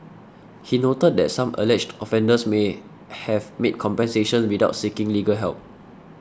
he noted that some alleged offenders may have made compensation without seeking legal help